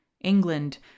England